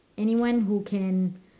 anyone who can